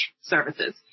services